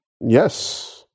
Yes